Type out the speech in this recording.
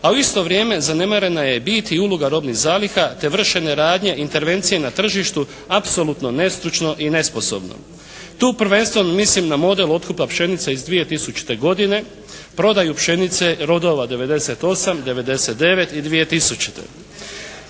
A u isto vrijeme zanemarena je bit i uloga robnih zaliha te vršenje radnje intervencije na tržištu apsolutno nestručno i nesposobno. Tu prvenstveno mislim na model otkupa pšenice iz 2000. godine, prodaju pšenice rodova '98., '99. i 2000. Prodano